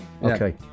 okay